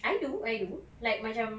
I do I do like macam